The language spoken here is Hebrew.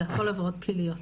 זה הכול עבירות פליליות.